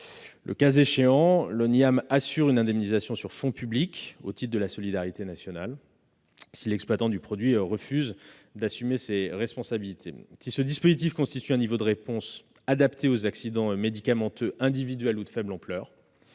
Le cas échéant, l'Oniam assure une indemnisation sur fonds publics, au titre de la solidarité nationale, si l'exploitant du produit refuse d'assumer ses responsabilités. Si ce dispositif constitue un niveau de réponse adapté face aux accidents médicamenteux individuels ou de faible ampleur,